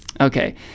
Okay